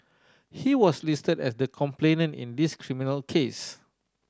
he was listed as the complainant in this criminal case